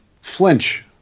Flinch